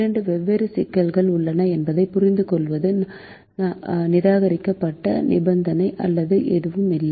இரண்டு வெவ்வேறு சிக்கல்கள் உள்ளன என்பதைப் புரிந்துகொள்வது நிராகரிக்கப்பட்ட நிபந்தனை அல்லது எதுவும் அல்ல